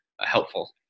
helpful